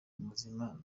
muzima